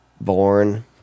born